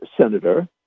senator